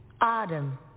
Adam